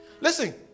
Listen